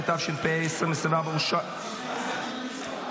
התשפ"ה 2024 אושרה,